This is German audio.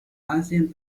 asien